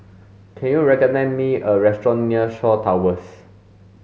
can you recommend me a restaurant near Shaw Towers